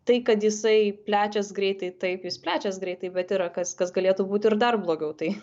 tai kad jisai plečias greitai taip jis plečias greitai bet yra kas kas galėtų būt ir dar blogiau tai